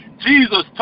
Jesus